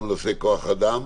גם בנושאי כוח אדם.